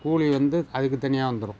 கூலி வந்து அதுக்கு தனியாக வந்துடும்